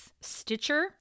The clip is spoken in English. Stitcher